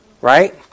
Right